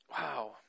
Wow